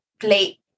plate